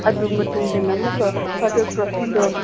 ꯑꯗꯨ ꯃꯇꯨꯡꯗꯅ ꯑꯃꯨꯛꯀ ꯐꯔꯗꯔ ꯄ꯭ꯔꯣꯁꯤꯗꯨꯌꯔ